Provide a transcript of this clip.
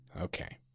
Okay